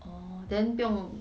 orh then 不用